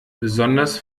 besonders